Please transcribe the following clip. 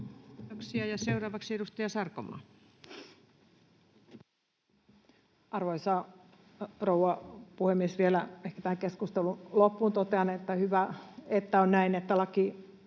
Time: 15:40 Content: Arvoisa rouva puhemies! Vielä ehkä tähän keskustelun loppuun totean, että on hyvä, että on näin, että lakialoite